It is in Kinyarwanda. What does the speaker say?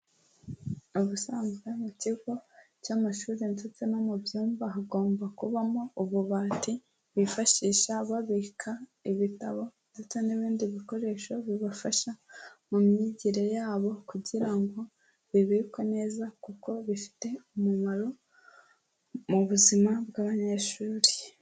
Ubusanzwe mu kigo cy'amashuri ndetse no mu byumba hagomba kubamo ububati bifashisha babika ibitabo ndetse n'ibindi bikoresho bibafasha mu myigire yabo kugira ngo bibikwe neza kuko bifite umumaro mu buzima bw'abanyeshuri.